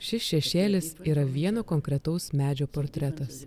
šis šešėlis yra vieno konkretaus medžio portretas